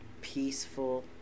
peaceful